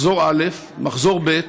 מחזור א', מחזור ב',